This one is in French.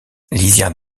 lisières